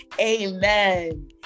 amen